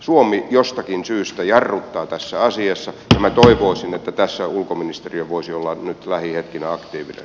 suomi jostakin syystä jarruttaa tässä asiassa ja minä toivoisin että tässä ulkoministeriö voisi olla nyt lähihetkinä aktiivinen